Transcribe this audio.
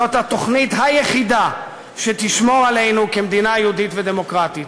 זאת התוכנית היחידה שתשמור עלינו כמדינה יהודית ודמוקרטית.